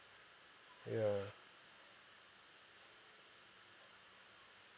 ya